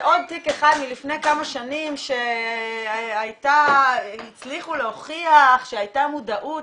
עוד תיק אחד מלפני כמה שנים שהצליחו להוכיח שהייתה מודעות.